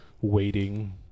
waiting